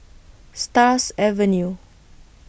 Stars Avenue